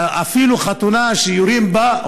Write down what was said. חתונה שיורים בה,